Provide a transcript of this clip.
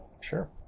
Sure